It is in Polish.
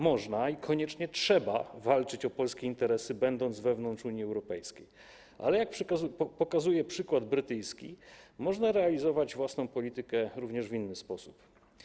Można i koniecznie trzeba walczyć o polskie interesy, będąc wewnątrz Unii Europejskiej, ale jak pokazuje przykład brytyjski, można realizować własną politykę również w inny sposób.